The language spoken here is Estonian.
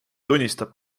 tunnistab